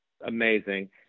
amazing